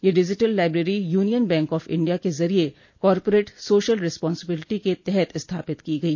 यह digital library union bank of India के जरिये कॉरपोरेट सोशल रिपासिबिलिटी के तहत स्थापित की गई